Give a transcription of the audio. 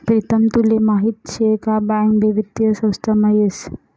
प्रीतम तुले माहीत शे का बँक भी वित्तीय संस्थामा येस